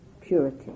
purity